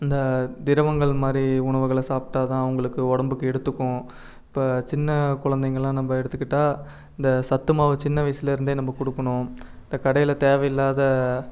இந்த திரவங்கள் மாதிரி உணவுகளை சாப்பிட்டாதான் அவங்களுக்கு உடம்புக்கு எடுத்துக்கும் இப்போ சின்ன குழந்தைங்கலாம் நம்ம எடுத்துக்கிட்டால் இந்த சத்துமாவு சின்ன வயதிலருந்தே நம்ம கொடுக்கணும் இப்போ கடையில் தேவையில்லாத